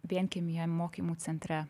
vienkiemyje mokymų centre